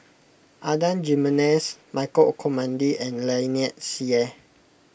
Adan Jimenez Michael Olcomendy and Lynnette Seah